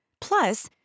Plus